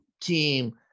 team